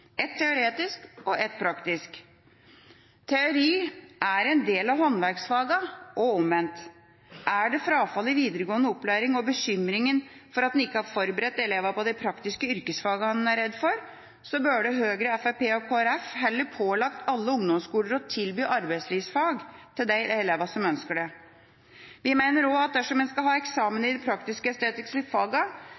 ett teoretisk og ett praktisk. Teori er en del av håndverksfagene og omvendt. Er det frafallet i videregående opplæring og bekymringen for at en ikke har forberedt elevene på de praktiske yrkesfagene en er redd for, burde Høyre, Fremskrittspartiet og Kristelig Folkeparti heller pålagt alle ungdomsskoler å tilby arbeidslivsfag til de elevene som ønsker det. Vi mener også at dersom en skal ha eksamen